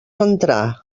entrà